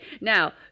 now